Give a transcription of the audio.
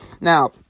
Now